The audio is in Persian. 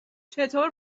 چطور